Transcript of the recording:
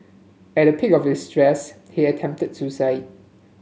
at the peak of his stress he attempted suicide